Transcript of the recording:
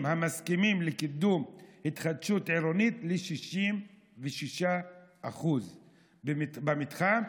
המסכימים לקידום התחדשות עירונית ל-66% במתחם,